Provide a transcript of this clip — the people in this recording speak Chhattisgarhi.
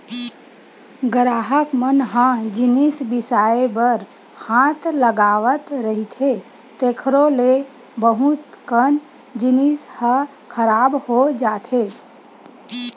गराहक मन ह जिनिस बिसाए बर हाथ लगावत रहिथे तेखरो ले बहुत कन जिनिस ह खराब हो जाथे